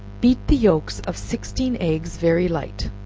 beat the yelks of sixteen eggs very light,